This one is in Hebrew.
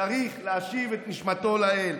צריך להשיב את נשמתו לאל.